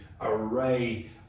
array